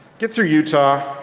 get through utah.